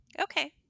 Okay